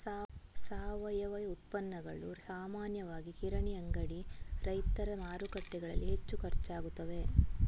ಸಾವಯವ ಉತ್ಪನ್ನಗಳು ಸಾಮಾನ್ಯವಾಗಿ ಕಿರಾಣಿ ಅಂಗಡಿ, ರೈತರ ಮಾರುಕಟ್ಟೆಗಳಲ್ಲಿ ಹೆಚ್ಚು ಖರ್ಚಾಗುತ್ತವೆ